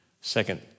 second